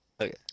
Okay